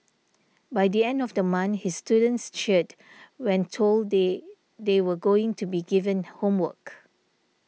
by the end of the month his students cheered when told they they were going to be given homework